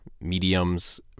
mediums